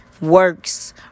works